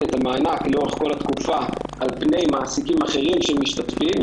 את המענק לאורך כל התקופה על פני מעסיקים אחרים שמשתתפים.